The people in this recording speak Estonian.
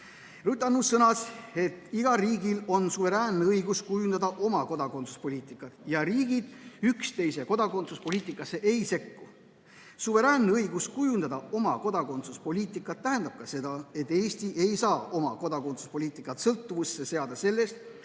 Annus sõnas, et igal riigil on suveräänne õigus kujundada oma kodakondsuspoliitikat ja riigid üksteise kodakondsuspoliitikasse ei sekku. Suveräänne õigus kujundada oma kodakondsuspoliitikat tähendab ka seda, et Eesti ei saa oma kodakondsuspoliitikat sõltuvusse seada sellest,